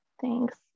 Thanks